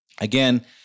again